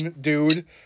dude